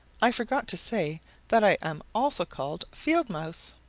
i forgot to say that i am also called field mouse.